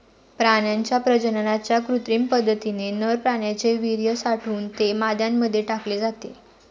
प्राण्यांच्या प्रजननाच्या कृत्रिम पद्धतीने नर प्राण्याचे वीर्य साठवून ते माद्यांमध्ये टाकले जाते